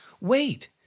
Wait